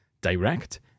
direct